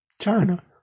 China